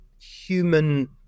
human